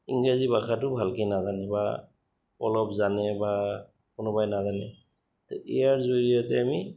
ইংৰাজী ভাষাটো ভালকে নাজানে বা অলপ জানে বা কোনোবাই নাজানে ইয়াৰ জৰিয়তে আমি